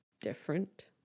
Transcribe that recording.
different